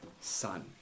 Son